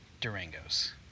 Durango's